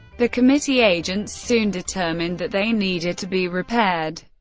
the committee agents soon determined that they needed to be repaired.